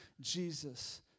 Jesus